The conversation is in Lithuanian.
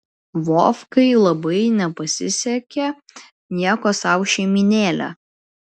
vovkai labai nepasisekė nieko sau šeimynėlė